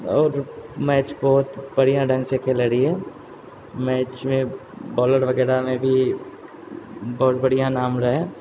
आओर मैच बहुत बढ़िआँ ढङ्ग सँ खेलने रहियै मैचमे बॉलर वगैरहमे भी बहुत बढ़िआँ नाम रहै